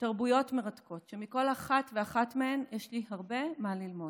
ותרבויות מרתקות שמכל אחת ואחת מהן יש לי הרבה מה ללמוד.